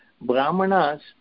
Brahmanas